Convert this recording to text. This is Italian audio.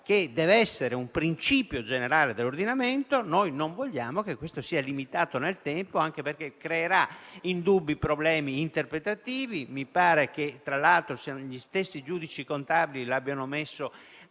che deve essere un principio generale dell'ordinamento, non vogliamo che questo sia limitato nel tempo, anche perché creerà indubbi problemi interpretativi. Tra l'altro, mi pare che gli stessi giudici contabili lo abbiano messo